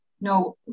no